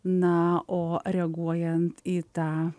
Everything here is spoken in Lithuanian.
na o reaguojant į tą